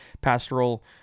pastoral